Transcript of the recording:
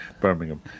Birmingham